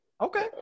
Okay